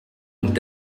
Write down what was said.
und